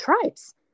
tribes